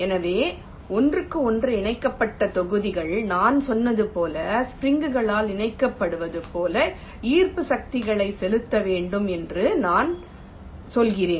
எனவே ஒன்றுக்கு ஒன்று இணைக்கப்பட்ட தொகுதிகள் நான் சொன்னது போல் ஸ்ப்ரிங் களால் இணைக்கப்படுவது போல ஈர்ப்பு சக்திகளை செலுத்த வேண்டும் என்று நாங்கள் சொல்கிறோம்